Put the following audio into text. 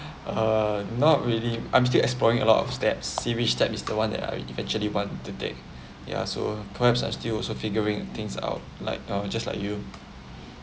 uh not really I'm still exploring a lot of steps series step is the one that I eventually want to take ya so I still also figuring things out like uh just like you